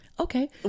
Okay